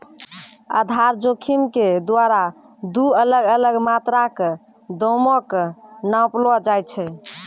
आधार जोखिम के द्वारा दु अलग अलग मात्रा के दामो के नापलो जाय छै